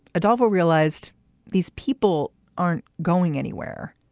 addolfo realized these people aren't going anywhere.